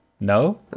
No